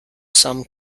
some